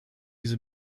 diese